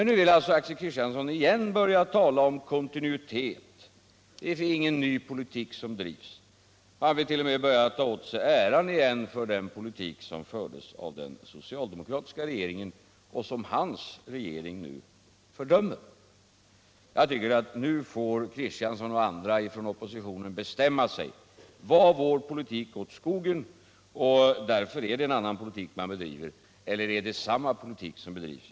Nu börjar Axel Kristiansson återigen tala om kontinuitet. Det är ingen ny politik som drivs, säger han; han vill t.o.m. ta åt sig äran för den politik som fördes av den socialdemokratiska regeringen och som hans regering fördömer. Men nu får Axel Kristiansson och andra bestämma sig! Var vår politik åt skogen, så att man därför för en annan politik, eller är det samma politik som förs?